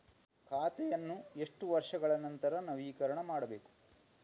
ಖಾತೆಯನ್ನು ಎಷ್ಟು ವರ್ಷಗಳ ನಂತರ ನವೀಕರಣ ಮಾಡಬೇಕು?